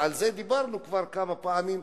ועל זה דיברנו כבר כמה פעמים,